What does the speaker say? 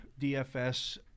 DFS